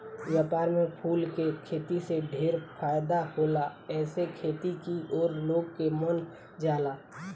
व्यापार में फूल के खेती से ढेरे फायदा होला एसे खेती की ओर लोग के मन जाला